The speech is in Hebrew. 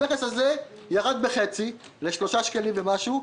המכס הזה ירד בחצי, ל-3 שקלים ומשהו.